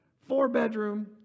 four-bedroom